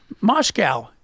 Moscow